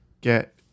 get